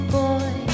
boy